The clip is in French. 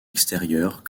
extérieures